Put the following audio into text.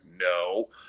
No